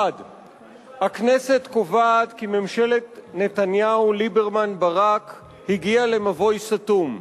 1. הכנסת קובעת כי ממשלת נתניהו-ליברמן-ברק הגיעה למבוי סתום.